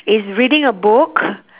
is reading a book